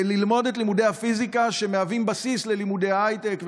וללמוד את לימודי הפיזיקה שהם בסיס ללימודי ההייטק,